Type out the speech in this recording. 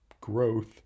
growth